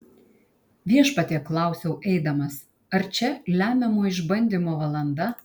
viešpatie klausiau eidamas ar čia lemiamo išbandymo valanda